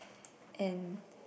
and